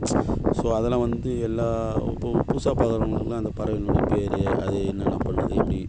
so அதெல்லாம் வந்து எல்லா இப்போது புதுசாக பார்க்கறவங்களுக்குலாம் அந்த பறவையினுடய பேர் அது என்னென்ன பண்ணுது எப்படி